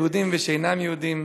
יהודים ושאינם יהודים,